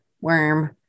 worm